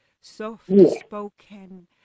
soft-spoken